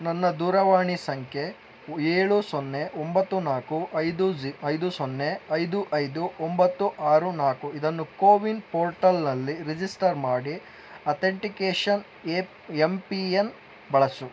ನನ್ನ ದೂರವಾಣಿ ಸಂಖ್ಯೆ ಏಳು ಸೊನ್ನೆ ಒಂಬತ್ತು ನಾಲ್ಕು ಐದು ಝಿ ಐದು ಸೊನ್ನೆ ಐದು ಐದು ಒಂಬತ್ತು ಆರು ನಾಲ್ಕು ಇದನ್ನು ಕೋವಿನ್ ಪೋರ್ಟಲ್ನಲ್ಲಿ ರಿಜಿಸ್ಟರ್ ಮಾಡಿ authentication app M P N ಬಳಸು